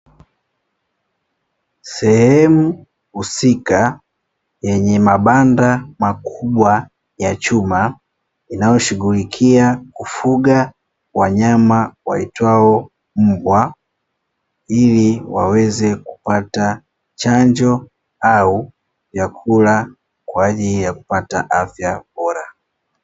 Sehemu husika yenye mabanda makubwa ya chuma, inayoshughulikia kufuga wanyama waitwao mbwa, ili waweze kupata chanjo au vyakula kwa ajili ya kupata afya bora.